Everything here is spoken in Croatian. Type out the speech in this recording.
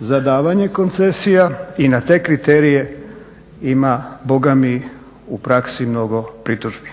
za davanje koncesija i za te kriterije ima bogami u praksi mnogo pritužbi.